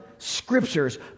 Scriptures